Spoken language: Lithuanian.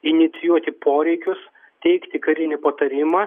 inicijuoti poreikius teikti karinį patarimą